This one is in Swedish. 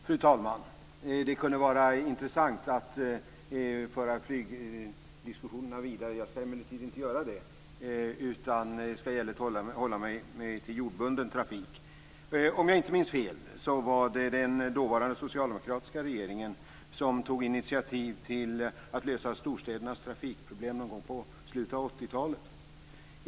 Fru talman! Det kunde vara intressant att föra flygdiskussionerna vidare. Jag ska emellertid inte göra det, utan jag ska i stället hålla mig till jordbunden trafik. Om jag inte minns fel var det den dåvarande socialdemokratiska regeringen som tog initiativ till att lösa storstädernas trafikproblem någon gång i slutet av 80-talet.